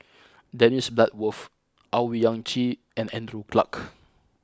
Dennis Bloodworth Owyang Chi and Andrew Clarke